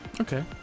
Okay